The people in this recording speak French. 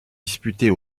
disputées